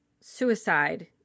suicide